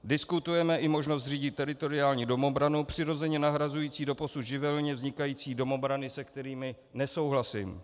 Diskutujeme i možnost zřídit teritoriální domobranu, přirozeně nahrazující doposud živelně vznikající domobrany, se kterými nesouhlasím.